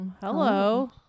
hello